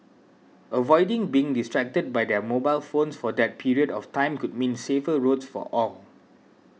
avoiding being distracted by their mobile phones for that period of time could mean safer roads for all